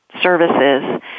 services